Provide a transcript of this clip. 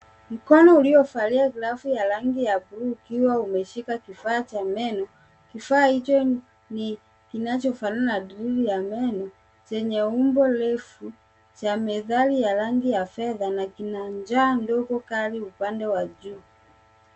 Mkono uliovalia glovu ya rangi ya buluu ukiwa umeshika kifaa cha meno. Kifaa hicho ni kinachofanana na drili ya meno chenye umbo refu cha methali ya rangi ya fedha na kina ncha ndogo kando, upande wa juu.